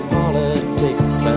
politics